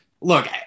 look